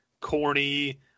corny